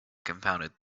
confounded